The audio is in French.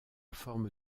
forme